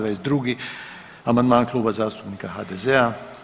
22. amandman Kluba zastupnika HDZ-a.